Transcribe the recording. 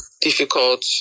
difficult